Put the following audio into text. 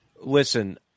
Listen